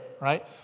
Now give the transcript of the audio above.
right